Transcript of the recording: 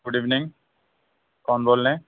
good evening کون بول رہے ہیں